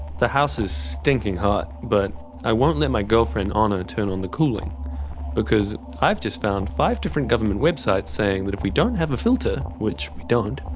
the house is stinking hot but i won't let my girlfriend honor turn on the cooling because i've just found five different government websites saying that if we don't have a filter, which we don't,